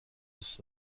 دوست